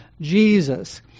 Jesus